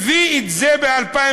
הביא את זה ב-2011,